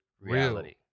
reality